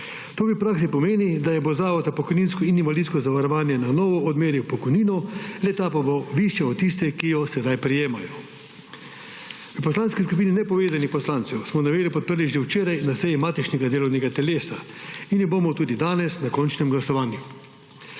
To v praksi pomeni, da jim bo Zavod za pokojninsko in invalidsko zavarovanje na novo odmeril pokojnino, le-ta pa bo višja od tiste, ki jo sedaj prejemajo. V Poslanski skupini nepovezanih poslancev smo novelo podprli že včeraj na seji matičnega delovnega telesa in jo bomo tudi danes na končnem glasovanju.